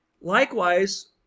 Likewise